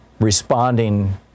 responding